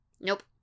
nope